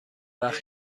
وقت